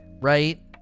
right